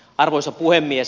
arvoisa puhemies